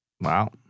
Wow